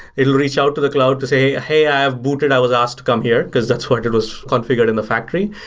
it will reach out to the cloud to say, hey, i have booted. i was asked to come here, because that's what it was configured in the factory.